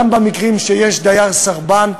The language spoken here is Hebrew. גם במקרים שיש דייר סרבן,